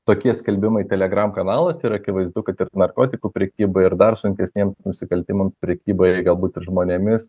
tokie skelbimai telegram kanalas ir akivaizdu kad ir narkotikų prekybai ir dar sunkesniem nusikaltimams prekybai ir galbūt ir žmonėmis